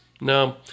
no